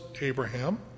Abraham